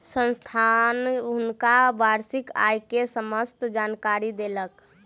संस्थान हुनका वार्षिक आय के समस्त जानकारी देलक